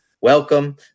welcome